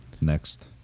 Next